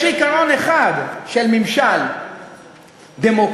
יש עיקרון אחד של ממשל דמוקרטי,